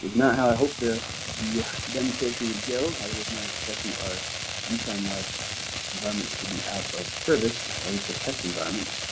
was not how i hoped to the demonstration would go. i was not expecting our e-signlive environment to be out of service, at least the test environment.